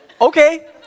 Okay